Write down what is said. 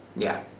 yeah.